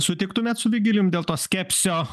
sutiktumėt su vigilijum dėl to skepsio